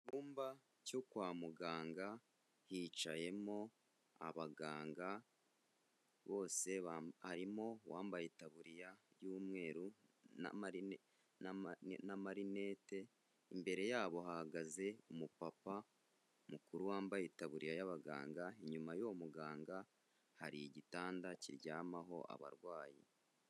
Mu cyumba cyo kwa muganga hicayemo abaganga bose, harimo uwambaye itaburiya y'umweru na marinete. Imbere yabo hahagaze umupapa mukuru wambaye itabuririya y'abaganga, inyuma y'uwo muganga hari igitanda kiryamaho abarwayi.